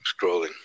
scrolling